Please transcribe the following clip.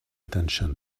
attention